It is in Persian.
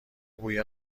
بوی